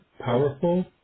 powerful